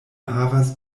havas